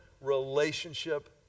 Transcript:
relationship